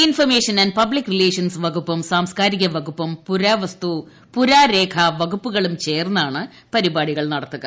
information and public relations വകുപ്പും സാംസ്കാരിക വകുപ്പും പുരാവസ്തുപുരാരേഖാ വകുപ്പുകളും ചേർന്നാണ് പരിപാടികൾ ്നടത്തുക